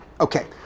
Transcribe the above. Okay